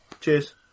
Cheers